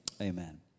Amen